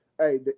Hey